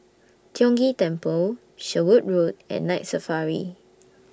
Tiong Ghee Temple Sherwood Road and Night Safari